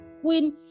queen